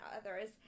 others